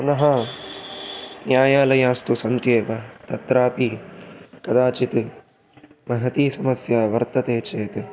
पुनः न्यायालयास्तु सन्त्येव तत्रापि कदाचित् महती समस्या वर्तते चेत्